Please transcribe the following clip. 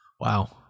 Wow